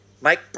Mike